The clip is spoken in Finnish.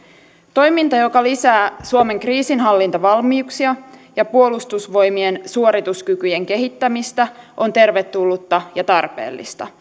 toiminta joka lisää suomen kriisinhallintavalmiuksia ja puolustusvoimien suorituskykyjen kehittämistä on tervetullutta ja tarpeellista